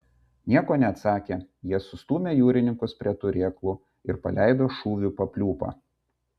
nieko neatsakę jie sustūmę jūrininkus prie turėklų ir paleido šūvių papliūpą